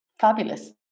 Fabulous